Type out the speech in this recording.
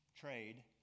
trade